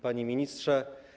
Panie Ministrze!